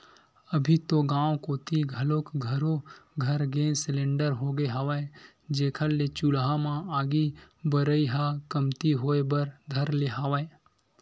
अभी तो गाँव कोती घलोक घरो घर गेंस सिलेंडर होगे हवय, जेखर ले चूल्हा म आगी बरई ह कमती होय बर धर ले हवय